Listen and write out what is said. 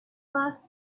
first